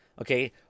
Okay